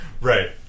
Right